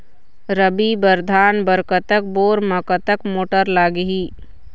रबी बर धान बर कतक बोर म कतक मोटर लागिही?